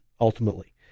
ultimately